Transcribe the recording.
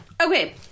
Okay